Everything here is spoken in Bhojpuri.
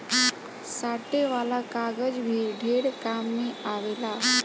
साटे वाला कागज भी ढेर काम मे आवेला